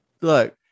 Look